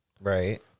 Right